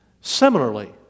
Similarly